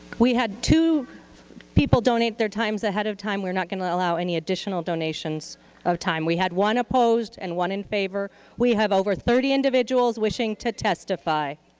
we had two people donate their times ahead of time. we are not going to allow any additional donations of time. we had one opposed and one in favor. we have over thirty individuals wishing to testify.